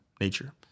nature